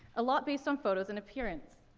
a lot based on photos and appearance.